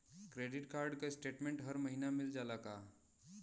Credit card क statement हर महिना मिल जाला का?